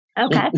okay